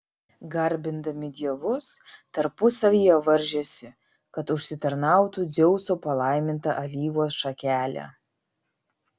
garbindami dievus tarpusavyje varžėsi kad užsitarnautų dzeuso palaimintą alyvos šakelę